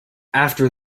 after